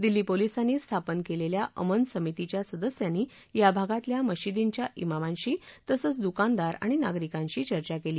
दिल्ली पोलिसांनी स्थापन केलेल्या अमन समितीच्या सदस्यांनी या भागातल्या मशिदींच्या ज्ञामांशी तसंच दुकानदार आणि नागरिकांशी चर्चा केली